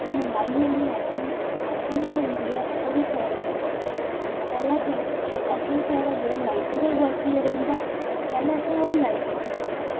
ओह् मलाई आह्ली मैगी कि'यां बनदी ऐ ओह् बी थोआनू अस दसगे पैह्लें असें साढ़ा जेह्ड़ा लाइटर गै गोआचे दा रौंह्दा ऐ पैह्लें असें ओह् लाइटर तुप्पना